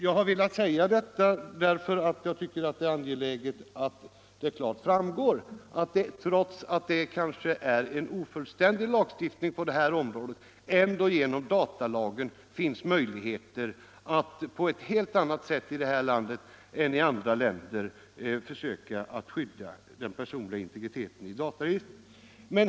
Jag har velat säga detta därför att jag finner det angeläget att det klart framgår att trots att lagstiftningen på området kanske är ofullständig finns det ändå genom datainspektionen i vårt land möjligheter att på ett helt annat sätt än i andra länder trygga den personliga integriteten i dataregistren.